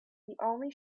only